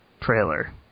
trailer